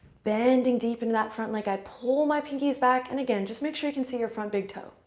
bending deep in that front leg. i pull my pinkies back. and again, just make sure you can see your front big toe.